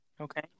Okay